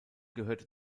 gehörte